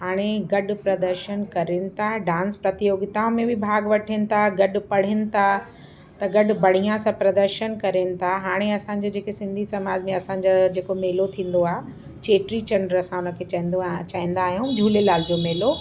हाणे गॾु प्रदर्शन करनि था डांस प्रतियोगिता में बि भाॻु वठनि था गॾु पढ़नि था त गॾु बढ़िया सां प्रदर्शन करनि था हाणे असांजे जेके सिंधी समाज में असांजो जेको मेलो थींदो आहे चेटीचंडु असां उन खे चईंदो आहे चईंदा आहियूं झूलेलाल जो मेलो